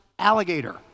alligator